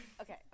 Okay